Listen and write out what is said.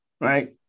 right